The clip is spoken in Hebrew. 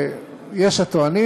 יש הטוענים,